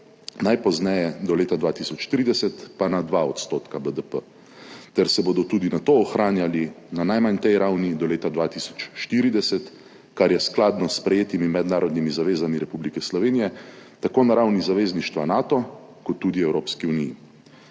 najpozneje do leta 2030 pa na 2 % BDP ter se bodo tudi nato ohranjali na najmanj tej ravni do leta 2040, kar je skladno s sprejetimi mednarodnimi zavezami Republike Slovenije tako na ravni zavezništva Nato kot tudi Evropski uniji.